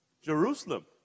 Jerusalem